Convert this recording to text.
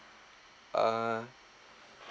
uh